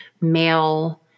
male